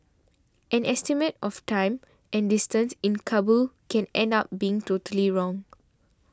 an estimate of time and distance in Kabul can end up being totally wrong